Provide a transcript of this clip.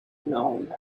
known